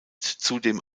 zudem